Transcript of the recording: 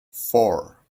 four